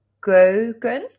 keuken